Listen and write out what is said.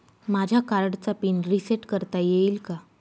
माझ्या कार्डचा PIN reset करता येईल का?